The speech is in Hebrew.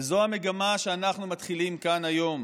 וזאת המגמה שאנחנו מתחילים בה כאן היום